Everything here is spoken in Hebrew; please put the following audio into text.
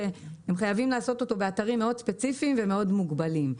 הם חייבים לעשות אותו באתרים מאוד ספציפיים ומאוד מוגבלים.